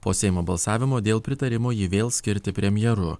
po seimo balsavimo dėl pritarimo ji vėl skirti premjeru